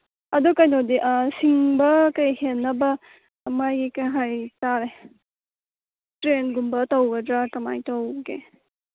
ꯑꯗꯨ ꯀꯩꯅꯣꯗꯤ ꯁꯤꯡꯕ ꯀꯩ ꯍꯦꯟꯅꯕ ꯃꯣꯏꯒꯤ ꯀꯩ ꯍꯥꯏ ꯇꯥꯔꯦ ꯇ꯭ꯔꯦꯟꯒꯨꯝꯕ ꯇꯧꯒꯗ꯭ꯔꯥ ꯀꯃꯥꯏꯅ ꯇꯧꯒꯦ